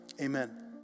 Amen